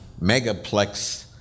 megaplex